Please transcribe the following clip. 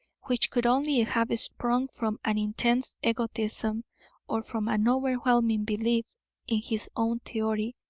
which could only have sprung from an intense egotism or from an overwhelming belief in his own theory,